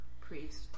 priest